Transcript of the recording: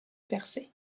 percées